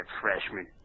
freshman